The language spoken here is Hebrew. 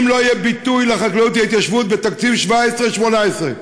אם לא יהיה ביטוי לחקלאות ולהתיישבות בתקציב 17' 18',